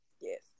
Yes